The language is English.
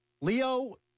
Leo